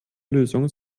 lösung